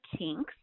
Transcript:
Tink's